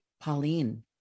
Pauline